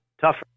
tougher